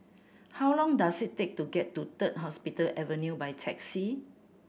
how long does it take to get to Third Hospital Avenue by taxi